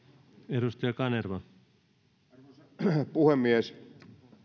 arvoisa puhemies